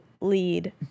lead